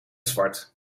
zwart